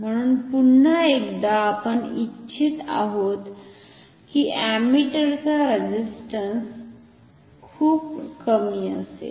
म्हणून पुन्हा एकदा आपण इच्छित आहोत की अमीटरचा अंतर्गत रेझिस्टंस खूप कमी असेल